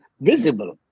visible